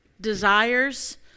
desires